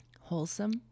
wholesome